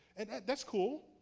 and that's cool.